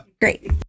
Great